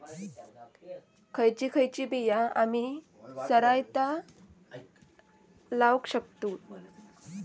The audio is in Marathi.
खयची खयची बिया आम्ही सरायत लावक शकतु?